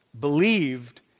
believed